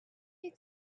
you